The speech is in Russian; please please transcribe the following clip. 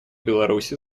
беларуси